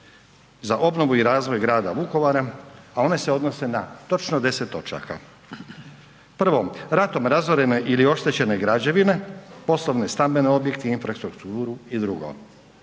za obnovu i razvoj grada Vukovara, a one se odnose na točno 10 točaka. 1. ratom razorena ili oštećene građevine, poslovne i stambene objekte, infrastrukturu i drugo,